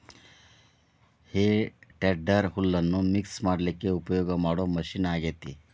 ಹೇ tedder ಹುಲ್ಲನ್ನ mix ಮಾಡ್ಲಿಕ್ಕೆ ಉಪಯೋಗ ಮಾಡೋ ಮಷೇನ್ ಆಗೇತಿ